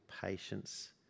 patience